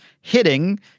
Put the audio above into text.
hitting